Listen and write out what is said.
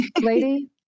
lady